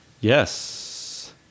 Yes